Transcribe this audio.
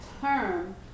term